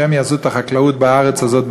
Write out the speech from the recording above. שהם יעשו את החקלאות בארץ הזאת,